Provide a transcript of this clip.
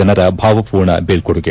ಜನರ ಭಾವಪೂರ್ಣ ಬೀಳೊಡುಗೆ